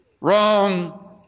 Wrong